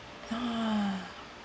ah